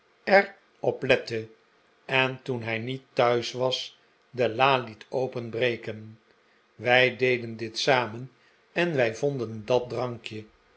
er op lette en toen hij niet thuis was de la liet openbreken wij deden dit samen en wij vonden dat drankje